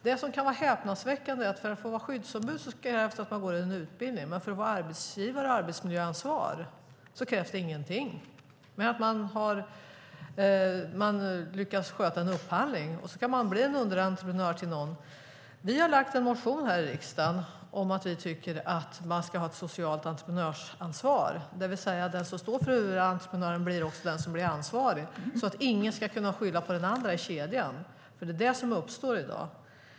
Det som kan vara häpnadsväckande är att det krävs att man går en utbildning för att vara skyddsombud, men för att vara arbetsgivare med arbetsmiljöansvar krävs ingenting mer än att man lyckas sköta en upphandling. Då kan man bli en underentreprenör till någon. Vi har lämnat en motion till riksdagen om att vi tycker att man ska ha ett socialt entreprenörsansvar, det vill säga att den som står för huvudentreprenaden också blir den som blir ansvarig. Då kan ingen skylla på den andra i kedjan. Det är nämligen det som händer i dag.